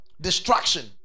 destruction